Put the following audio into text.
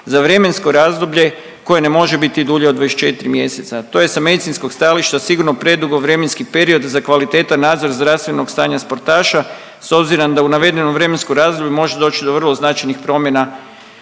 za vremensko razdoblje koje ne može biti dulje od 24 mjeseca. To je sa medicinskog stajališta sigurno predugo vremenski period za kvalitetan nadzor zdravstvenog stanja sportaša s obzirom da u navedenom vremenskom razdoblju može doći do vrlo značajnih promjena